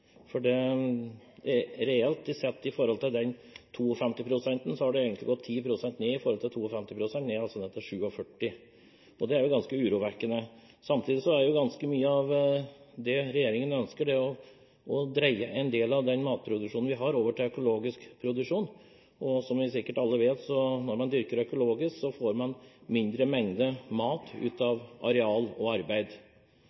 Reelt sett har selvforsyningsgraden blitt redusert fra 52 pst. til 47 pst., og det er ganske urovekkende. Samtidig ønsker regjeringen å dreie en del av den matproduksjonen vi har, over til økologisk produksjon. Som vi sikkert alle vet, når man dyrker økologisk, får man mindre mengde mat ut